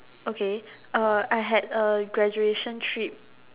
okay I had a graduation trip